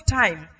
time